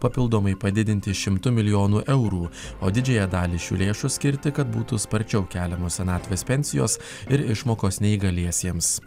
papildomai padidinti šimtu milijonų eurų o didžiąją dalį šių lėšų skirti kad būtų sparčiau keliamos senatvės pensijos ir išmokos neįgaliesiems